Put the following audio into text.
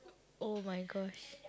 !oh-my-gosh!